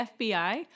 FBI